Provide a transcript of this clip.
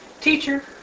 Teacher